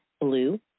Blue